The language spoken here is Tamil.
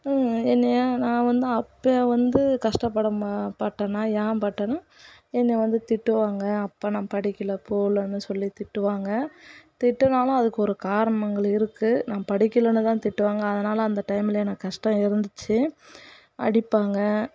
என்னை நான் வந்து அப்போ வந்து கஷ்டப்படமா பட்டேனா ஏன் பட்டேனா என்னை வந்து திட்டுவாங்க அப்போ நான் படிக்கலை போவலைனு சொல்லி திட்டுவாங்க திட்டினாலும் அதுக்கு ஒரு காரணங்கள் இருக்குது நான் படிக்கலைனுதான் திட்டுவாங்க அதனால அந்த டைமில் எனக்கு கஷ்டம் இருந்துச்சு அடிப்பாங்க